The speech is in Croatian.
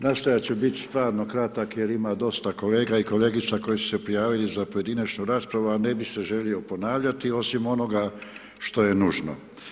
Nastojat ću biti stvarno kratak jer ima dosta kolega i kolegica koje su se prijavili za pojedinačnu raspravu, a ne bi se želio ponavljati osim onoga što je nužno.